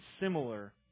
similar